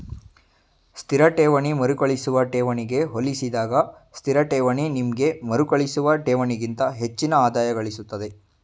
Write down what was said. ಸ್ಥಿರ ಠೇವಣಿ ಮರುಕಳಿಸುವ ಠೇವಣಿಗೆ ಹೋಲಿಸಿದಾಗ ಸ್ಥಿರಠೇವಣಿ ನಿಮ್ಗೆ ಮರುಕಳಿಸುವ ಠೇವಣಿಗಿಂತ ಹೆಚ್ಚಿನ ಆದಾಯಗಳಿಸುತ್ತೆ